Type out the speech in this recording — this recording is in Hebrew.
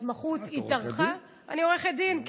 ההתמחות התארכה, את עורכת דין?